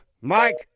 Mike